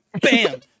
bam